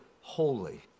holy